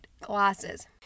glasses